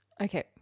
Okay